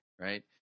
right